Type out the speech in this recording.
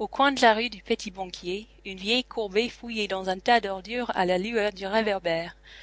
au coin de la rue du petit-banquier une vieille courbée fouillait dans un tas d'ordures à la lueur du